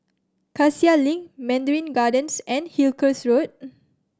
Cassia Link Mandarin Gardens and Hillcrest Road